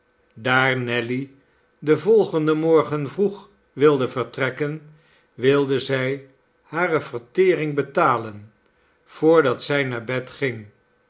daar nelly den volgenden morgen vroeg wilde vertrekken wilde zij hare vertering betalen voordat zij naar bed ging